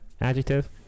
adjective